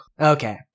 Okay